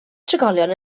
trigolion